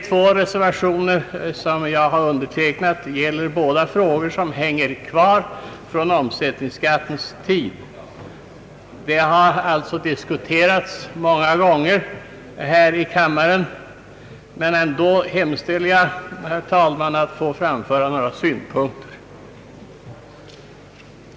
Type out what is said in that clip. Två reservationer som jag har undertecknat gäller frågor, som hänger kvar från omsättningsskattens tid. De har alltså diskuterats många gånger här i kammaren, men jag hemställer i alla fall, herr talman, att få anföra några synpunkter.